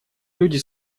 люди